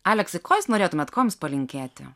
aleksai ko jūs norėtumėt ko jums palinkėti